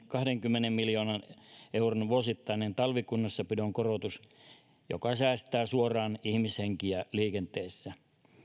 kahdenkymmenen miljoonan euron vuosittainen talvikunnossapidon korotus joka säästää suoraan ihmishenkiä liikenteessä